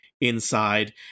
inside